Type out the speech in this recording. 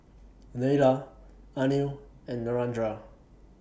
Neila Anil and Narendra